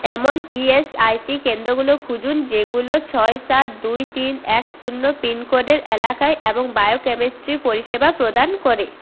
এমন ইএসআইসি কেন্দ্রগুলো খুঁজুন যেগুলো ছয় সাত দুই তিন এক শূন্য পিনকোডের এলাকায় এবং বায়োকেমিস্ট্রি পরিষেবা প্রদান করে